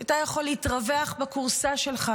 אתה יכול להתרווח בכורסה שלך